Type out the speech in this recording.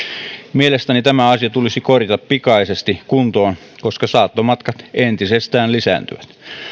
mielestäni tämä asia tulisi korjata pikaisesti kuntoon koska saattomatkat entisestään lisääntyvät